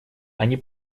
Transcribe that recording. они